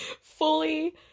fully